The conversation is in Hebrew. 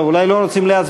טוב, אולי לא רוצים להצביע.